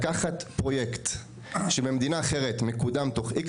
לקחת פרויקט שבמדינה אחרת מקודם תוך X